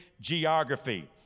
geography